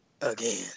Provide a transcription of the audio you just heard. again